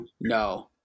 No